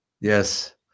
yes